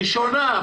ראשונה,